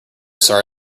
sorry